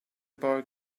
boy